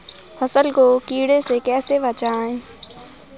फसल को कीड़े से कैसे बचाएँ?